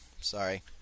Sorry